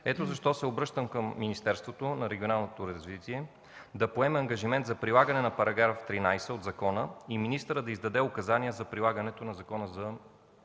Ето защо се обръщам към Министерството на регионалното развитие да поеме ангажимент за прилагане на § 13 от закона и министърът да издаде указание за прилагането на закона за